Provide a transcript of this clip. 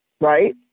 Right